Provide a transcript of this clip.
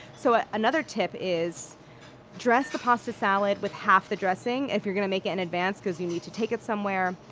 so ah another tip is dress the pasta salad with half of the dressing if you're going to make it in advance because you need to take it somewhere.